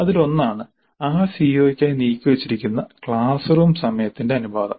അതിലൊന്നാണ് ആ സിഒക്കായി നീക്കിവച്ചിരിക്കുന്ന ക്ലാസ് റൂം സമയത്തിന്റെ അനുപാതം